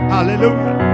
Hallelujah